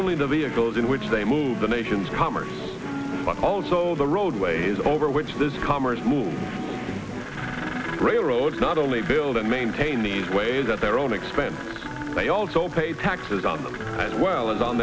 only the vehicles in which they move the nation's commerce but also the roadways over which this commerce move railroads not only build and maintain these ways at their own expense they also pay taxes on them as well as on